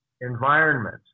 environment